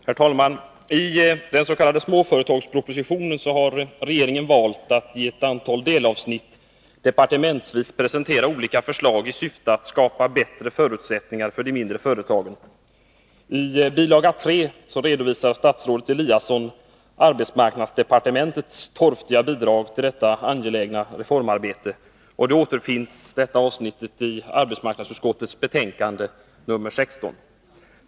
Herr talman! I dens.k. småföretagspropositionen har regeringen valt att i ett antal delavsnitt departementsvis presentera olika förslag i syfte att skapa bättre förutsättningar för de mindre företagen. I bilaga 3 redovisar statsrådet Eliasson arbetsmarknadsdepartementets torftiga bidrag till detta angelägna reformarbete. Det avsnittet återfinns i arbetsmarknadsutskottets betänkande nr 16.